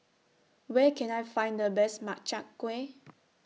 Where Can I Find The Best Makchang Gui